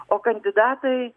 o kandidatai